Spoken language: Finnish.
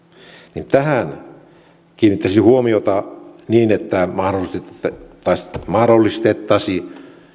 niin tähän kiinnittäisin huomiota että se mahdollistettaisiin